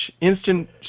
instant